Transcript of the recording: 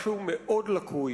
משהו מאוד לקוי